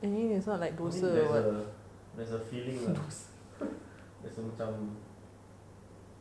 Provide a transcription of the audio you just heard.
I mean there's a there's a there's a feeling lah rasa macam